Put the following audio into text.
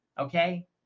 Okay